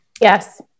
Yes